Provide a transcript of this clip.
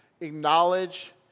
acknowledge